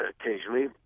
occasionally